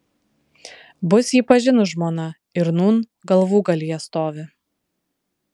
bus jį pažinus žmona ir nūn galvūgalyje stovi